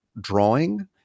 drawing